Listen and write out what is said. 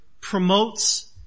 promotes